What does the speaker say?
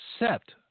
accept